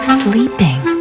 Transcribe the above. sleeping